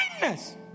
kindness